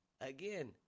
Again